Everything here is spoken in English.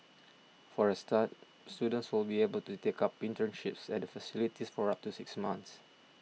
for a start students will be able to take up internships at the facility for up to six months